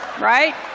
Right